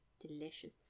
delicious